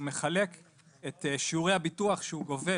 הוא מחלק את שיעורי הביטוח שהוא גובה